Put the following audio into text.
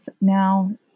now